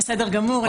גמור.